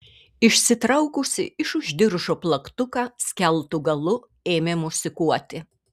išsitraukusi iš už diržo plaktuką skeltu galu ėmė mosikuoti